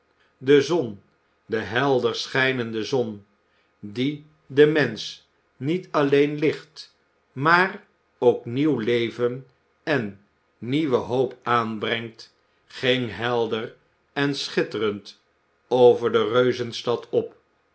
de zon de helder schijnende zon die den tnensch niet alleen licht maar ook nieuw leven en nieuwe hoop aanbrengt ging helder en schitterend over de reuzenstad op